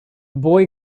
boy